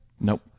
Nope